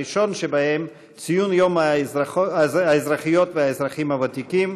הראשון שבהם: ציון יום האזרחיות והאזרחים הוותיקים